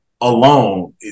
alone